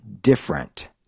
different